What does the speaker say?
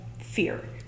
fear